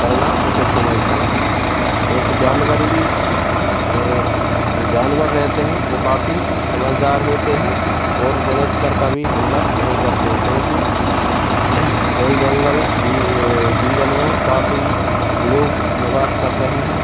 करना उचित समझता हूँ क्योंकि जानवर भी जो जानवर रहते हैं वे काफ़ी समझदार होते हैं और मनुष्य पर कभी हमला नहीं करते क्योंकि जल जंगल जीवन में काफ़ी लोग निवास कर रहे हैं